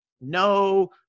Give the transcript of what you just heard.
No